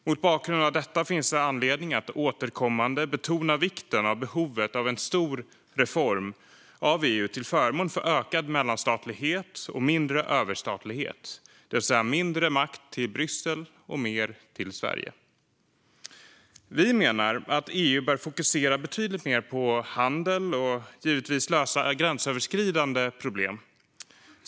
Mot bakgrund av detta finns det anledning att återkommande betona vikten av behovet av en stor reform av EU till förmån för ökad mellanstatlighet och mindre överstatlighet, det vill säga mindre makt till Bryssel och mer till Sverige. Vi menar att EU bör fokusera betydligt mer på handel och givetvis på att lösa gränsöverskridandande problem.